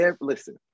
listen